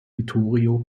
vittorio